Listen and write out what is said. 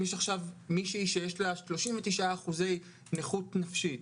אם יש עכשיו מישהי שיש לה 39% נכות נפשית,